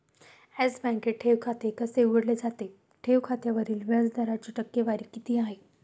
Yes बँकेत ठेव खाते कसे उघडले जाते? ठेव खात्यावरील व्याज दराची टक्केवारी किती आहे?